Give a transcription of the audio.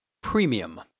Premium